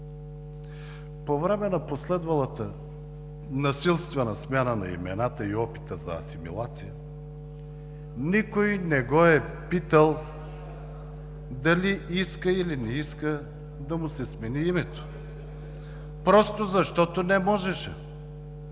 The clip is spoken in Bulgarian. По време на последвалата насилствена смяна на имената и опита за асимилация никой не го е питал дали иска, или не иска да му се смени името просто защото не можеше.